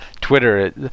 twitter